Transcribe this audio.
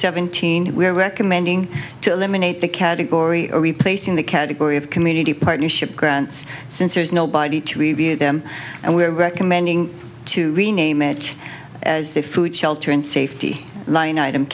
seventeen we are recommending to eliminate the category or replace in the category of community partnership grants since there's nobody to review them and we're recommending to rename it as the food shelter and safety line item